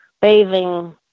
bathing